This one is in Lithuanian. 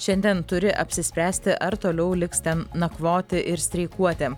šiandien turi apsispręsti ar toliau liks ten nakvoti ir streikuoti